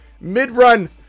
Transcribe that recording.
Mid-run